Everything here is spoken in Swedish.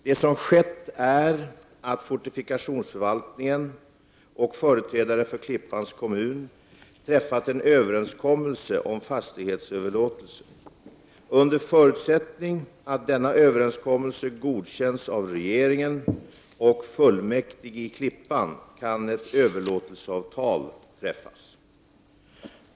Det som skett är att fortifikationsförvaltningen och företrädare för Klippans kommun träffat en överenskommelse om fastighetsöverlåtelse. Under förutsättning att denna överenskommelse godkänns av regeringen och fullmäktige i Klippan kan ett överlåtelseavtal träffas.